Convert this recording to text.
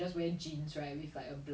invest